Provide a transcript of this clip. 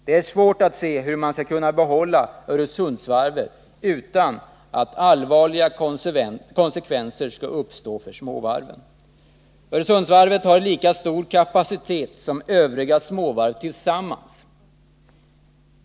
Det är svårt att se hur Öresundsvarvet skall kunna behållas utan att allvarliga konsekvenser uppstår för småvarven. Öresundsvarvet har lika stor kapacitet som övriga småvarv tillsammans.